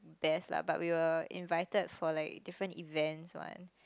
there is lah but we were invited for like different event one